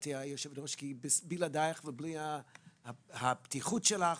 גברתי היושבת-ראש כי בלעדיך ובלי הפתיחות שלך